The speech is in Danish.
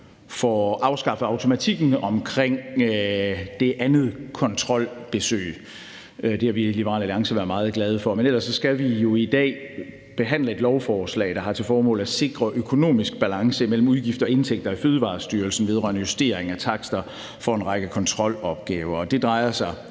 får afskaffet automatikken omkring det andet kontrolbesøg. Det har vi i Liberal Alliance været meget glade for, Vi skal i dag behandle et lovforslag, der har til formål at sikre økonomisk balance mellem udgifter og indtægter i Fødevarestyrelsen vedrørende justering af takster for en række kontrolopgaver. Det drejer sig